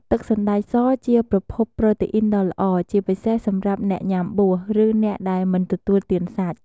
ទឹកសណ្តែកសជាប្រភពប្រូតេអុីនដ៏ល្អ ជាពិសេសសម្រាប់អ្នកញុំាបួស ឬអ្នកដែលមិនទទួលទានសាច់។